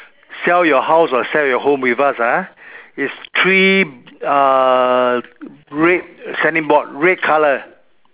sell your house or sell your home with us ah is three uh red standing board red colour